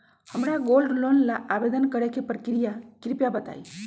हमरा gold loan ला आवेदन करे के प्रक्रिया कृपया बताई